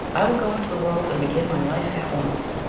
i will go into the world and begin my life at once.